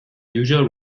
unusual